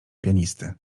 pianisty